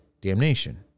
damnation